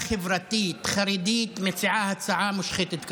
חברתית חרדית מציעה הצעה מושחתת כזאת?